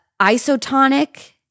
isotonic